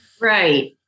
Right